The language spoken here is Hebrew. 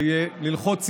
ללחוץ יד,